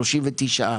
39%,